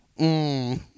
Mmm